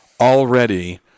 already